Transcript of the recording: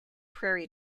prairie